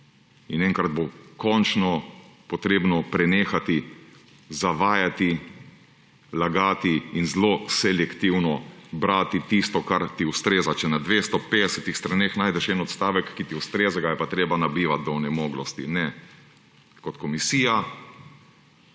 in enkrat bo končno potrebno prenehati zavajati, lagati in zelo selektivno brati tisto, kar ti ustreza. Če na 250 straneh najdeš en odstavek, ki ti ustreza, ga je pa treba nabijati do onemoglosti – ne! Kot komisija